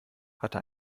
hatte